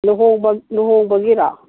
ꯂꯨꯍꯣꯡꯕꯒꯤꯔꯣ